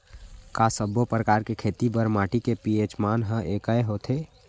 का सब्बो प्रकार के खेती बर माटी के पी.एच मान ह एकै होथे?